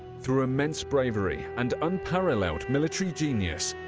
through immense bravery and unparalleled military genius,